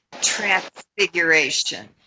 transfiguration